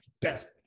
best